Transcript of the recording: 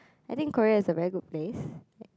I think Korea is a very good place